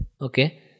Okay